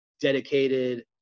dedicated